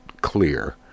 clear